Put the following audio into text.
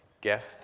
gift